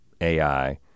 AI